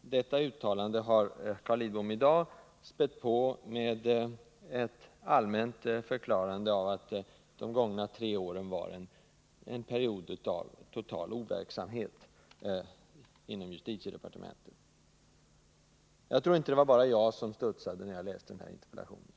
Detta uttalande har Carl Lidbom i dag spätt på med en allmän förklaring om att de gångna tre åren var en period av total overksamhet inom justitiedepartementet. Jag tror inte att det bara var jag som studsade inför den här interpellationen.